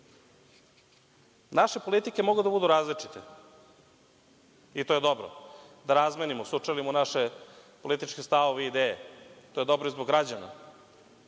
politike mogu da budu različite, i to je dobro, da razmenimo, sučelimo naše političke stavove i ideje. To je dobro i zbog građana,